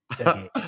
Okay